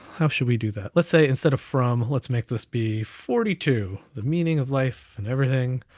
how should we do that? let's say instead of from, let's make this be forty two, the meaning of life, and everything.